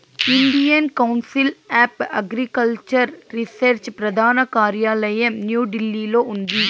Indian Council of Agricultural Research ప్రధాన కార్యాలయం న్యూఢిల్లీలో ఉంది